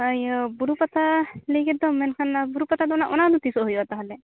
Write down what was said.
ᱤᱭᱟᱹ ᱵᱩᱨᱩ ᱯᱟᱛᱟ ᱞᱟᱹᱭ ᱠᱮᱫ ᱫᱚᱢ ᱢᱮᱱᱠᱷᱟᱱ ᱚᱱᱟ ᱵᱩᱨᱩ ᱯᱟᱛᱟ ᱫᱚ ᱱᱟᱜ ᱚᱱᱟ ᱫᱚ ᱛᱤᱥ ᱦᱩᱭᱩᱜᱼᱟ ᱛᱟᱦᱚᱞᱮ